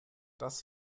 das